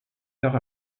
tard